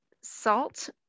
salt